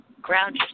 Ground